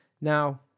Now